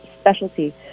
specialty